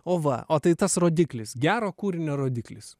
o va o tai tas rodiklis gero kūrinio rodiklis